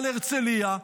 על הרצליה,